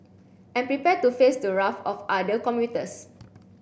and prepare to face the wrath of other commuters